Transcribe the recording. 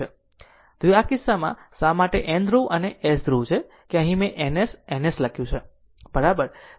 તો આ કિસ્સામાં આ કિસ્સામાં શા માટે તે N ધ્રુવ અને S ધ્રુવ છે કે અહીં મેં N S N S લખ્યું છે બરાબર છે